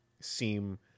seem